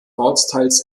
ortsteils